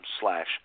slash